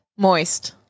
Moist